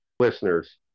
listeners